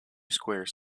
square